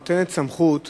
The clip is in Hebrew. הנותן סמכות